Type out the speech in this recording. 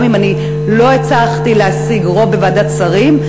גם אם לא הצלחתי להשיג רוב בוועדת שרים.